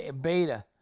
beta